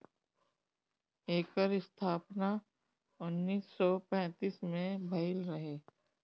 एकर स्थापना उन्नीस सौ पैंतीस में भइल रहे